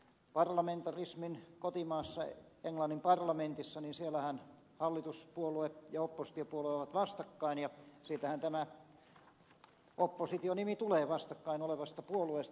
parlamentarismin kotimaassa englannin parlamentissahan hallituspuolue ja oppositiopuolue ovat vastakkain ja siitähän tämä oppositio nimi tulee vastakkain olevasta puolueesta